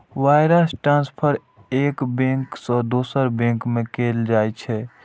wire transfer एक bank सं दोसर बैंक में कैल जाइ छै